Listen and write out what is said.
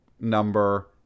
number